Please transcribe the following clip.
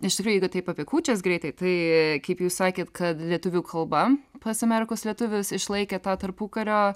iš tikrųjų jeigu taip apie kūčias greitai tai kaip jūs sakėt kad lietuvių kalba pas amerikos lietuvius išlaikė tą tarpukario